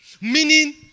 Meaning